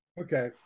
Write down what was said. Okay